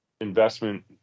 investment